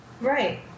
Right